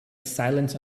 silence